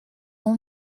اون